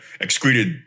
excreted